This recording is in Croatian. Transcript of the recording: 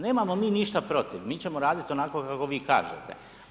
Nemamo mi ništa protiv, mi ćemo raditi onako kako vi kažete.